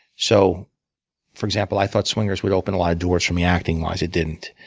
so for example, i thought swingers would open a lot of doors for me acting-wise. it didn't.